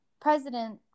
president